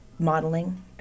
modeling